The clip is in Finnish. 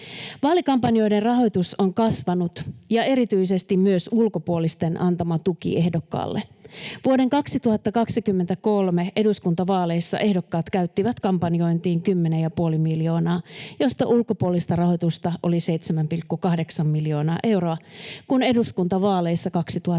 Vaalikampanjoiden rahoitus on kasvanut ja erityisesti myös ulkopuolisten antama tuki ehdokkaalle. Vuoden 2023 eduskuntavaaleissa ehdokkaat käyttivät kampanjointiin 10,5 miljoonaa, josta ulkopuolista rahoitusta oli 7,8 miljoonaa euroa, kun eduskuntavaaleissa 2019